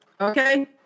okay